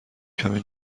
کمی